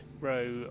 row